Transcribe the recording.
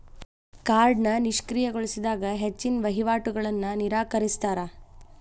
ಕಾರ್ಡ್ನ ನಿಷ್ಕ್ರಿಯಗೊಳಿಸಿದಾಗ ಹೆಚ್ಚಿನ್ ವಹಿವಾಟುಗಳನ್ನ ನಿರಾಕರಿಸ್ತಾರಾ